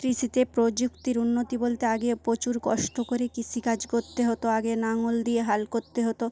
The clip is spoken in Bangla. কৃষিতে প্রযুক্তির উন্নতি বলতে আগে প্রচুর কষ্ট করে কৃষিকাজ করতে হতো আগে নাঙ্গল দিয়ে হাল করতে হতো